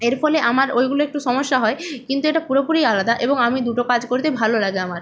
এর ফলে আমার ওইগুলো একটু সমস্যা হয় কিন্তু এটা পুরোপুরিই আলাদা এবং আমি দুটো কাজ করতে ভালো লাগে আমার